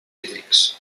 hídrics